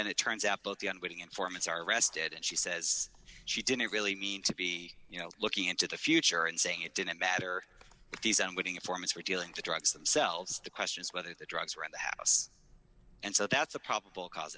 then it turns out both the unwitting informants are arrested and she says she didn't really mean to be you know looking into the future and saying it didn't matter what these unwitting informants were dealing drugs themselves the question is whether the drugs were in the house and so that's a probable cause